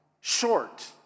short